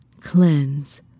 cleanse